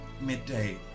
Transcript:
Midday